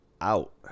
out